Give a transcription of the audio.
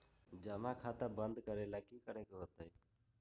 जमा खाता बंद करे ला की करे के होएत?